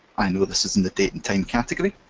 i know this is in the date and time category.